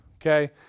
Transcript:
Okay